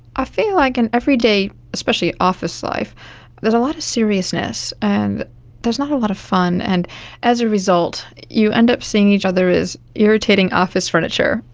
ah feel like in everyday especially office life there's a lot of seriousness and there's not a lot of fun, and as a result you end up seeing each other as irritating office furniture,